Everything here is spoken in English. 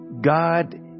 God